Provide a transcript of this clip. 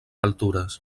altures